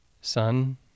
son